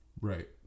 Right